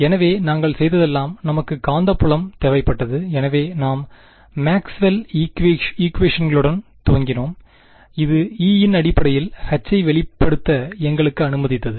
எனவே நாங்கள் செய்ததெல்லாம் நமக்கு காந்தப்புலம் தேவைப்பட்டது எனவே நாம் மேக்ஸ்வெல் ஈக்குவேஷன்களுடன் maxwell's equation துவங்கினோம் இது E இன் அடிப்படையில் H ஐ வெளிப்படுத்த எங்களுக்கு அனுமதித்தது